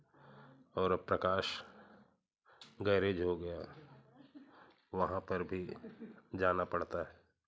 और अब प्रकाश गेरज हो गया वहाँ पर भी जाना पड़ता है